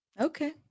Okay